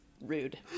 Rude